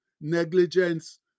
negligence